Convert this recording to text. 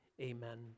amen